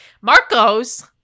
Marcos